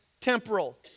temporal